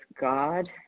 God